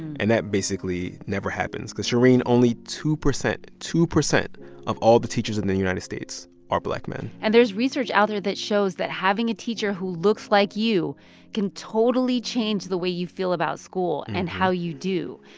and that basically never happens because, shereen, only two percent two percent of all the teachers in the united states are black men and there's research out there that shows that having a teacher who looks like you can totally change the way you feel about school and and how you do.